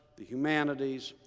the humanities,